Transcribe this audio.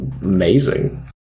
amazing